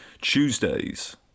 Tuesdays